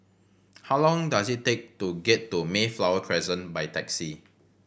how long does it take to get to Mayflower Crescent by taxi